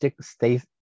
stay